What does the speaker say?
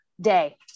day